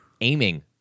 Aiming